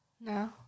No